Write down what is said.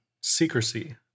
secrecy